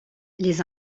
les